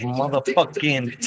motherfucking